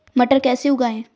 मटर कैसे उगाएं?